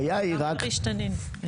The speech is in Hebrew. גם כריש-תנין.